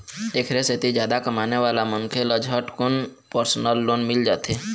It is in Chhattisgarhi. एखरे सेती जादा कमाने वाला मनखे ल झटकुन परसनल लोन मिल जाथे